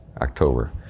October